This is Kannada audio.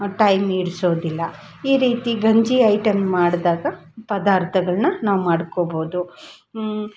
ಟೈಮ್ ಹಿಡ್ಸೋದಿಲ್ಲ ಈ ರೀತಿ ಗಂಜಿ ಐಟಮ್ ಮಾಡಿದಾಗ ಪದಾರ್ಥಗಳನ್ನ ನಾವು ಮಾಡ್ಕೋಬೋದು